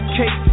cake